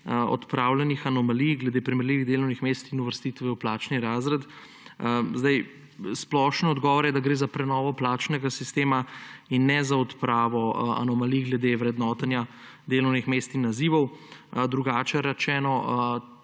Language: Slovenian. odpravljenih anomalij glede primerljivih delovnih mest in uvrstitve v plačni razred. Splošni odgovor je, da gre za prenovo plačnega sistema in ne za odpravo anomalij glede vrednotenja delovnih mest in nazivov. Drugače rečeno,